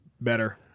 better